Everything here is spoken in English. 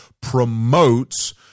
promotes